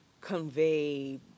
convey